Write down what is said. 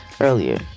Earlier